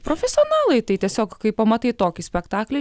profesionalai tai tiesiog kai pamatai tokį spektaklį